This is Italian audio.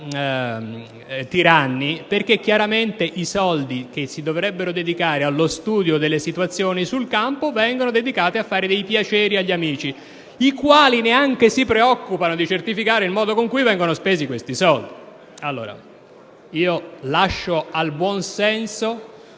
tiranni, perché i soldi che si dovrebbero dedicare allo studio delle situazioni sul campo vengono usati per fare dei piaceri agli amici, i quali neanche si preoccupano di certificare il modo con cui vengono spesi. Lascio al buon senso